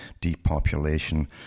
depopulation